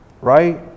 Right